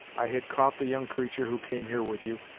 i had caught the young creatur' who came here with you,